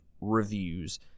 reviews